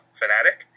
fanatic